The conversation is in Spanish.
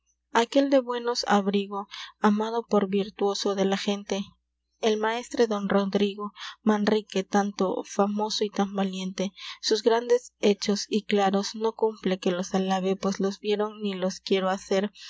aquel de buenos abrigo amado por virtuoso de la gente el maestre don rodrigo manrrique tanto famoso y tan valiente sus grandes fechos y claros no cumple que los alabe pues los vieron ni los quiero fazer